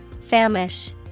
Famish